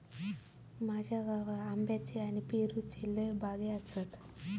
माझ्या गावात आंब्याच्ये आणि पेरूच्ये लय बागो आसत